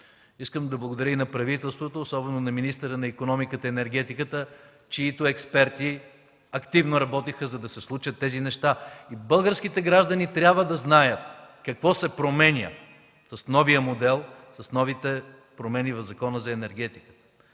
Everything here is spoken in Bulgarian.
Искам да благодаря и на правителството, особено на министъра на икономиката и енергетиката, чиито експерти активно работиха, за да се случат тези неща. Българските граждани трябва да знаят какво се променя с новия модел, с новите промени в Закона за енергетиката.